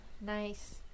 Nice